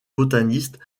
botanistes